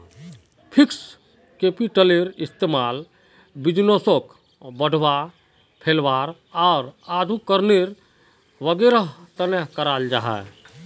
fixed कैपिटलेर इस्तेमाल बिज़नेसोक बढ़ावा, फैलावार आर आधुनिकीकरण वागैरहर तने कराल जाहा